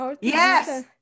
Yes